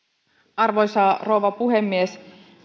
arvoisa rouva puhemies